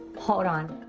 hold on.